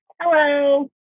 Hello